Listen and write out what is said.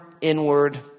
inward